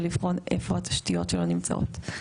ולבחון איפה התשתיות שלו נמצאות.